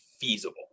feasible